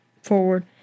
forward